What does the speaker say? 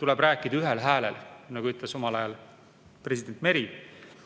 tuleb rääkida ühel häälel, nagu ütles omal ajal president Meri.